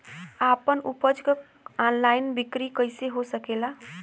आपन उपज क ऑनलाइन बिक्री कइसे हो सकेला?